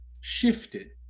shifted